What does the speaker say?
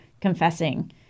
confessing